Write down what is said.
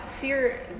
fear